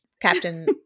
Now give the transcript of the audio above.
Captain